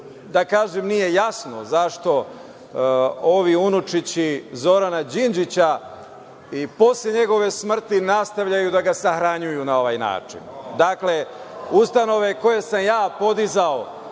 što mi nije jasno jeste zašto ovi unučići Zorana Đinđića i posle njegove smrti nastavljaju da ga sahranjuju na ovaj način? Dakle, ustanove koje sam ja podizao